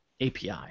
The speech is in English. API